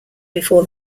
before